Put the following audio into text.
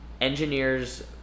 engineers